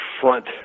front